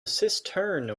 cistern